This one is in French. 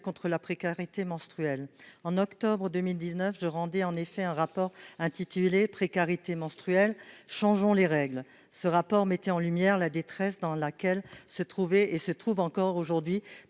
contre la précarité menstruelle en octobre 2019 rendez en effet un rapport intitulé précarité menstruelle changeons les règles ce rapport mettait en lumière la détresse dans laquelle se trouvaient et se trouve encore aujourd'hui